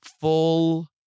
full